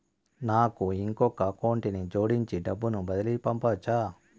నాకు ఇంకొక అకౌంట్ ని జోడించి డబ్బును బదిలీ పంపొచ్చా?